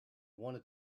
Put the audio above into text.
wanted